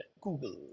Google